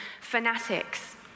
fanatics